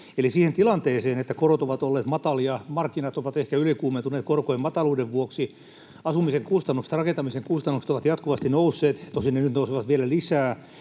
eli siihen tilanteeseen, että korot ovat olleet matalia, markkinat ovat ehkä ylikuumentuneet korkojen mataluuden vuoksi, asumisen kustannukset, rakentamisen kustannukset, ovat jatkuvasti nousseet — tosin ne nyt nousevat vielä lisää.